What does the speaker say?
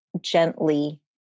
gently